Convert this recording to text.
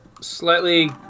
slightly